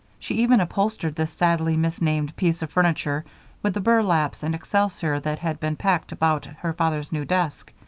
she even upholstered this sadly misnamed piece of furniture with the burlaps and excelsior that had been packed about her father's new desk,